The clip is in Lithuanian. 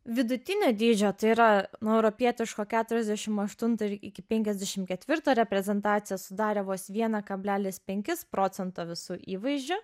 vidutinio dydžio tai yra nuo europietiško keturiasdešim aštunto ir iki penkiasdešim ketvirto reprezentaciją sudarė vos vieną kablelis penkis procento visų įvaizdžio